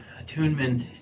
attunement